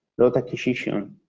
load acquisition,